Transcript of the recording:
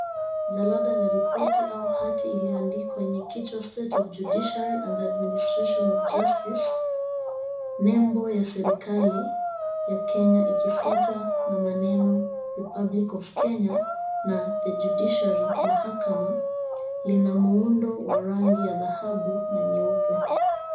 Jalada la ripoti au hati iliyoandikwa yenye kichwa, "State of Judiciary and Administration of Justice." Nembo ya Serikali ya Kenya ikifuatwa na maneno, "Republic of Kenya" na "The Judiciary". Mahakama lina muundo wa rangi ya dhahabu na nyeupe.